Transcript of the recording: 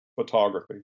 photography